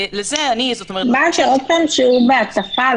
זה עוד פעם שיעור בהטפה?